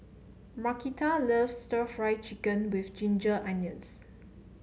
Markita loves stir Fry Chicken with Ginger Onions